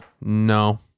No